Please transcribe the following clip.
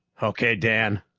okay, dan.